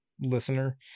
listener